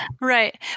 Right